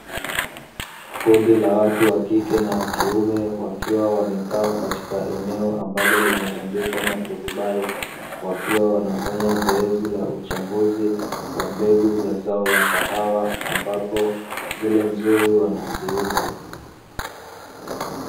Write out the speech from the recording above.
Kundi la watu wa kike na wa kiume, wakiwa wamekaa katika eneo ambalo limetandikwa maturubai, wakiwa wanafanya zoezi la uchambuzi wa mbegu za zao la kahawa, ambapo zile nzuri wanaziuza.